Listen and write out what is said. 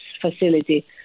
facility